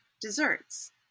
desserts